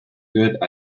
good